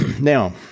Now